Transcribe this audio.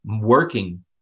working